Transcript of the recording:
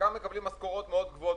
חלקם מקבלים משכורות מאוד גבוהות,